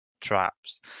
traps